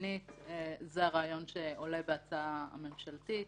שנית, זה הרעיון שעולה בהצעה הממשלתית.